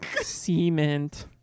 cement